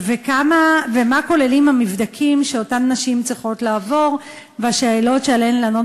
ומה כוללים המבדקים שאותן נשים צריכות לעבור והשאלות שעליהן לענות